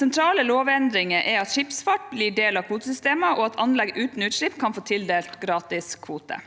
Sentrale lovendringer er at skipsfart blir en del av kvotesystemet, og at anlegg uten utslipp kan få tildelt gratiskvoter.